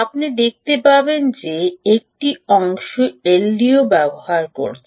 আপনি দেখতে পাবেন যে একটি অংশ এলডিও ব্যবহার করছে